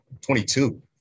22